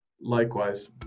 Likewise